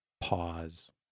Pause